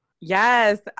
Yes